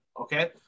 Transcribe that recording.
Okay